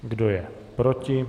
Kdo je proti?